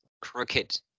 Crooked